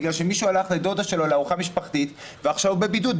בגלל שמישהו הלך לדודה שלו לארוחה משפחתית ועכשיו הוא בבידוד?